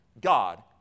God